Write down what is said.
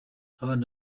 abana